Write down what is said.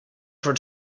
for